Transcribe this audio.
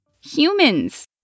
Humans